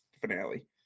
finale